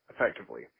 effectively